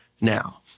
now